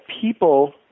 people